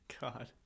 God